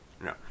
No